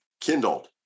kindled